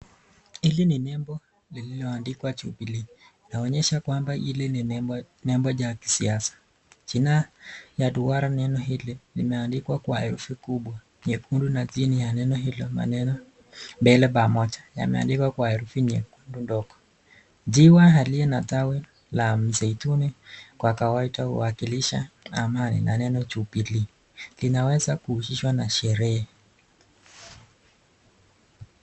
Hili ni nembo lilioandikwa Jubilee. Linaonyesha kwamba hili ni nembo ja kisiasa. Jina ya duara la nembo hili limeandikwa kwa herufi kubwa nyekundu na chini ya neno hilo maneno mbele pamoja. Yameandikwa kwa herufi nyekundu ndogo. Njiwa aliye na tawi la mzeituni kwa kawaida huwakilisha amani na neno jubilee linaweza kuhusishwa na sherehe.